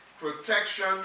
protection